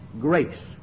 grace